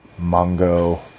Mongo